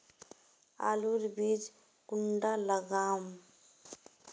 आलूर बीज कुंडा लगाम?